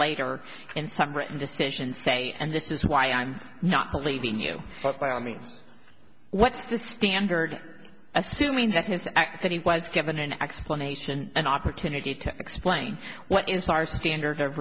later in some written decision say and this is why i'm not believing you but by all means what's the standard assuming that his act that he was given an explanation an opportunity to explain what is our standard of